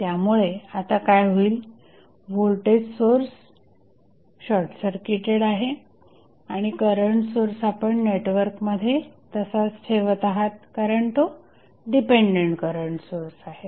त्यामुळे आता काय होईल व्होल्टेज सोर्स शॉर्टसर्किटेड आहे आणि करंट सोर्स आपण नेटवर्कमध्ये तसाच ठेवत आहात कारण तो डिपेंडंट करंट सोर्स आहे